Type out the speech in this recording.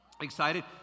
Excited